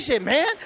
man